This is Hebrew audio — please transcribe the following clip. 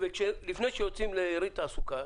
לפני שיוצאים ליריד תעסוקה,